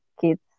kids